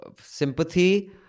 sympathy